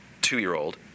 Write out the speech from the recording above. two-year-old